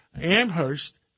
Amherst